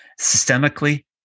Systemically